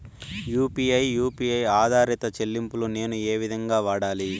UPI U P I ఆధారిత చెల్లింపులు నేను ఏ విధంగా వాడాలి?